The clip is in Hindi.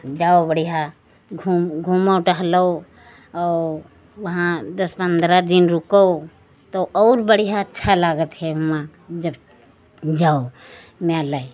जाओ बढ़ियाँ घूम घूमो टहलो और वहाँ दस पन्द्रह दिन रुको तो और बढ़ियाँ अच्छा लगता है वहाँ जब जाओ